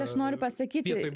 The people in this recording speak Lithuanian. aš noriu pasakyti